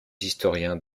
historiens